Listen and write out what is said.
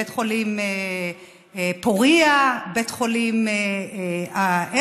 בית חולים פוריה, בית חולים העמק.